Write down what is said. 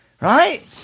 right